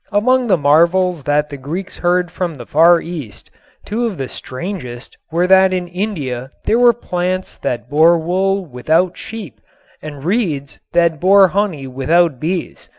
among the marvels that the greeks heard from the far east two of the strangest were that in india there were plants that bore wool without sheep and reeds that bore honey without bees.